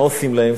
מה עושים להם?